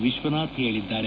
ವಿಶ್ವನಾಥ್ ಹೇಳಿದ್ದಾರೆ